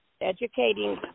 educating